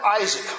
Isaac